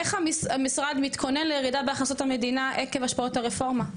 איך המשרד מתכונן לירידה בהכנסות המדינה עקב השפעות הרפורמה?